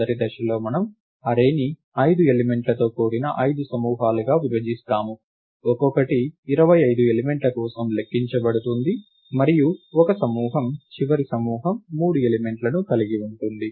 మొదటి దశలో మనము అర్రేని 5 ఎలిమెంట్ల తో కూడిన 5 సమూహాలుగా విభజిస్తాము ఒక్కొక్కటి 25 ఎలిమెంట్ల కోసం లెక్కించబడుతుంది మరియు 1 సమూహం చివరి సమూహం 3 ఎలిమెంట్లను కలిగి ఉంటుంది